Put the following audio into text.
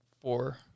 four